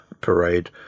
Parade